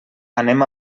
anem